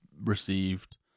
received